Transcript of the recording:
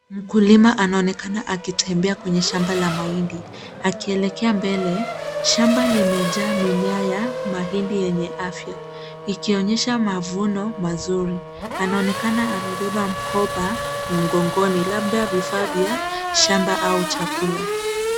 Mkulima anaonekana akitembea kwenye shamba la mahindi akielekea mbele. Shamba limejaa mimea ya mahindi yenye afya ikionyesha mavuno mazuri. Anaonekana amebeba mkoba mgongoni labda vifaa vya shamba au chakula.